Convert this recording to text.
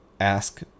ask